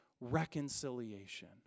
reconciliation